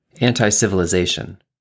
Anti-civilization